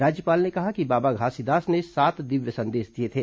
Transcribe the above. राज्यपाल ने कहा कि बाबा घासीदास ने सात दिव्य संदेश दिए थे